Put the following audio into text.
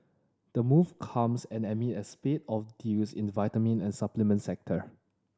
the move comes and amid a spate of deals in the vitamin and supplement sector